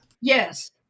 Yes